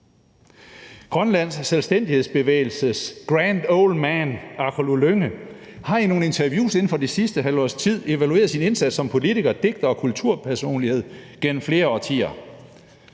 Grønlands selvstændighedsbevægelses grand old man Aqqaluk Lynge har i nogle interviews inden for det sidste halve års tid evalueret sin indsats som politiker, digter og kulturpersonlighed gennem flere årtider,